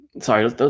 Sorry